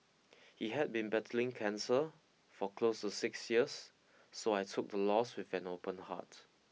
he had been battling cancer for close to six years so I took the loss with an open heart